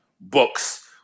books